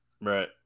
Right